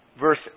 verse